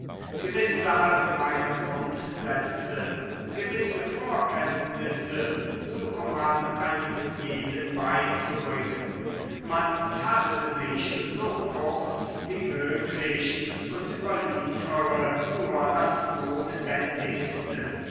gewisse allgemeine grundsätze gewisse vorkenntnisse suche man einem jeden beizubringen man fasse sich so kurz wie möglich und überliefere nur das notwendigste